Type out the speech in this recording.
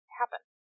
happen